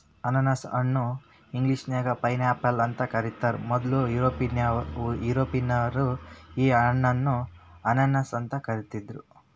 ಅನಾನಸ ಹಣ್ಣ ಇಂಗ್ಲೇಷನ್ಯಾಗ ಪೈನ್ಆಪಲ್ ಅಂತ ಕರೇತಾರ, ಮೊದ್ಲ ಯುರೋಪಿಯನ್ನರ ಈ ಹಣ್ಣನ್ನ ಅನಾನಸ್ ಅಂತ ಕರಿದಿದ್ರು